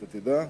שתדע,